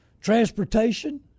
transportation